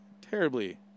terribly